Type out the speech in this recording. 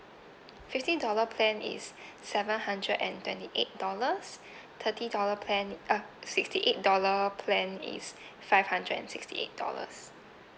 fifty dollar plan is seven hundred and twenty eight dollars thirty dollar plan uh sixty eight dollar plan is five hundred and sixty eight dollars